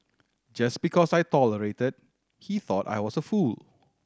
just because I tolerated he thought I was a fool